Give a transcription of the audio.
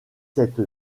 cette